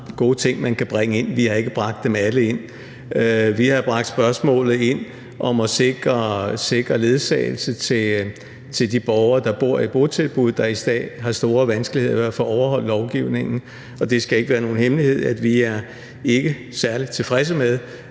gode ting, som man kan bringe ind, og vi har ikke bragt dem alle ind. Vi har bragt spørgsmålet ind om at sikre ledsagelse til de borgere, der bor i botilbud, der i dag har store vanskeligheder med at få overholdt lovgivningen, og det skal ikke være nogen hemmelighed, at vi ikke er særlig tilfredse med,